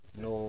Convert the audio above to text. no